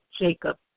Jacob